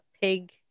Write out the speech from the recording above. pig